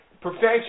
perfection